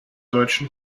deutschen